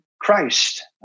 Christ